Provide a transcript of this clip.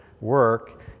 work